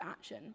action